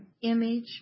image